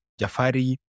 Jafari